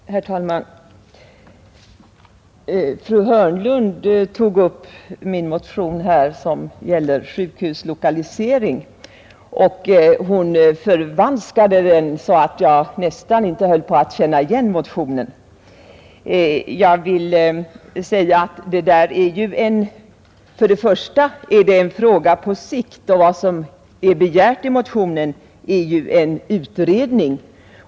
Herr talman! Fru Hörnlund tog upp min motion om sjukhuslokalisering och förvanskade den så att jag nästan inte kunde känna igen motionen. Jag vill säga att detta först och främst är en fråga på sikt. Vad som begärs i motionen är ju en utredning.